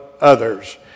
others